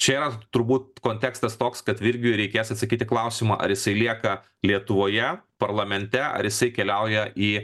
čia yra turbūt kontekstas toks kad virgiui reikės atsakyt klausimą ar jisai lieka lietuvoje parlamente ar jisai keliauja į